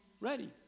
ready